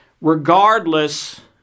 regardless